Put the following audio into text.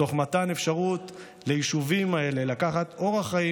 תוך מתן אפשרות ליישובים האלה לקחת אורח חיים